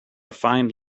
find